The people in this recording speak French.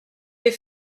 les